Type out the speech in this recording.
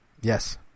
Yes